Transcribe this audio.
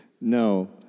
No